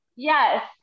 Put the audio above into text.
Yes